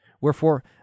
Wherefore